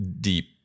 deep